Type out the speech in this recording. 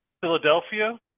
philadelphia